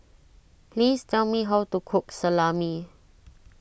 please tell me how to cook Salami